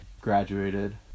graduated